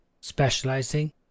specializing